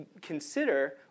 consider